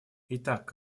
итак